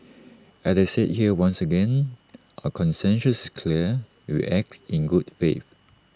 as I said here once again our conscience is clear we acted in good faith